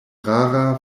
rara